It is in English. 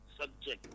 subject